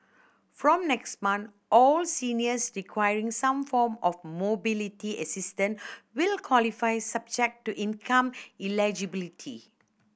from next month all seniors requiring some form of mobility assistance will qualify subject to income eligibility